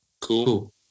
Cool